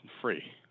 free